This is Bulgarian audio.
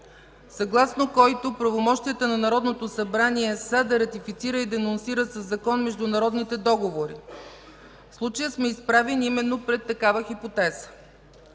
съгласно който правомощията на Народното събрание са да ратифицира и денонсира със закон международните договори. В случая сме изправени именно пред такава хипотеза.